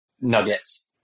Nuggets